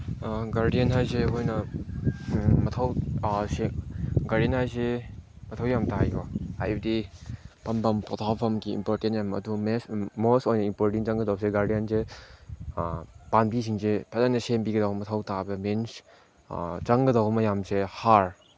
garden ꯍꯥꯏꯁꯦ ꯑꯩꯈꯣꯏꯅ ꯃꯊꯧ ꯒꯥꯔꯗꯦꯟ ꯍꯥꯏꯁꯦ ꯃꯊꯧ ꯌꯥꯝ ꯇꯥꯏꯀꯣ ꯍꯥꯏꯕꯗꯤ ꯐꯝꯕꯝ ꯄꯣꯊꯥꯕꯝꯒꯤ ꯏꯝꯄꯣꯔꯇꯦꯟ ꯌꯥꯝ ꯑꯗꯨ ꯃꯣꯏ ꯑꯣꯏꯅ ꯏꯝꯄꯣꯔꯇꯦꯟ ꯑꯣꯏꯅ ꯆꯪꯒꯗꯧꯁꯦ ꯒꯥꯔꯗꯦꯟꯁꯦ ꯄꯥꯝꯕꯤꯁꯤꯡꯁꯦ ꯐꯖꯅ ꯁꯦꯝꯕꯤꯒꯗꯧ ꯃꯊꯧ ꯇꯥꯕ ꯃꯤꯟꯁ ꯆꯪꯒꯗꯧꯕ ꯃꯌꯥꯝꯁꯦ ꯍꯥꯔ